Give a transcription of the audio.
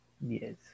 Yes